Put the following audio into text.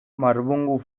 marbungu